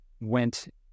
went